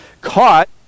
caught